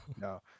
no